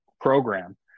program